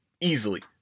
Easily